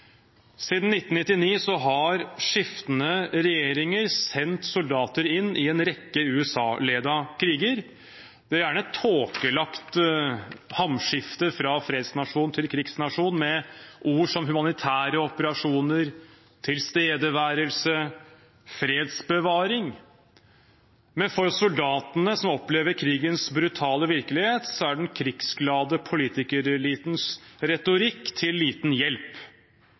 Siden 1999 har skiftende regjeringer sendt soldater inn i en rekke USA-ledede kriger og gjerne tåkelagt hamskiftet fra fredsnasjon til krigsnasjon med ord som «humanitære operasjoner», «tilstedeværelse» og «fredsbevaring». Men for soldatene som opplever krigens brutale virkelighet, er den krigsglade politikerelitens retorikk til liten hjelp.